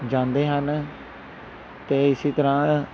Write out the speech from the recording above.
ਜਾਂਦੇ ਹਨ ਅਤੇ ਇਸੀ ਤਰ੍ਹਾਂ